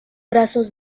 brazos